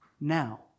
now